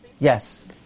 Yes